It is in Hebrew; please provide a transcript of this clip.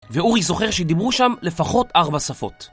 רכבת ישראל